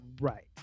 Right